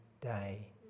day